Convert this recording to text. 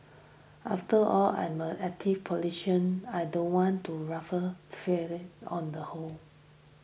after all I'm a active I don't want to ruffle feather on the whole